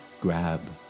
grab